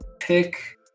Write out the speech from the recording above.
pick